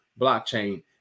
blockchain